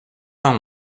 vingt